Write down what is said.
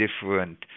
different